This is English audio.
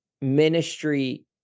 ministry